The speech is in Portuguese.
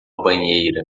banheira